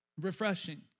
refreshing